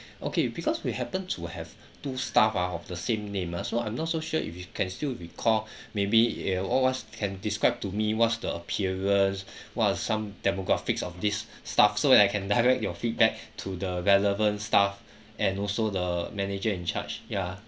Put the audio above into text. okay because we happened to have two staff ah of the same name ah so I'm not so sure if you can still recall maybe uh what what's can describe to me what's the appearance what are some demographics of this staff so when I can direct your feedback to the relevant staff and also the manager in charge ya